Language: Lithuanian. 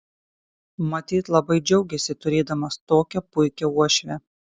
matyt labai džiaugiasi turėdamas tokią puikią uošvę